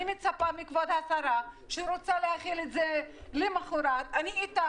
אני מצפה מכבוד השרה שרוצה להחיל את זה למחרת אני איתך,